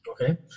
Okay